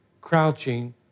crouching